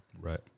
Right